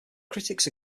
critics